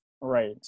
Right